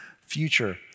future